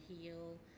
heal